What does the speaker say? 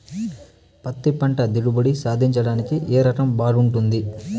పత్తి పంట దిగుబడి సాధించడానికి ఏ రకం బాగుంటుంది?